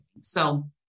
So-